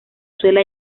suele